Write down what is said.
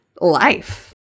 life